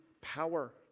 power